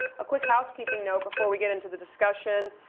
a quick housekeeping note before we get into the discussion.